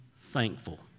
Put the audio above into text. thankful